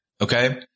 Okay